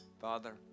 Father